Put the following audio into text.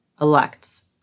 elects